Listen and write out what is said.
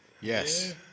Yes